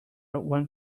one